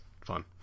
fun